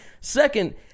Second